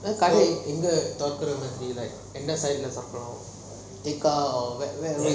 கடைய எங்க தொறக்குற மாறி எந்த:kadaiya enga thorakura maari entha side தொறக்குற மாறி:thorakura maari